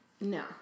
No